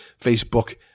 Facebook